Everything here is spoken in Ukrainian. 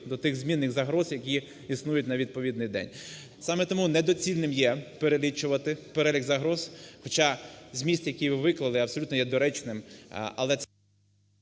до тих змінних загроз, які існують на відповідний день. Саме тому недоцільним є перелічувати перелік загроз. Хоча зміст, який ви виклали, абсолютно є доречним,